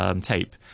tape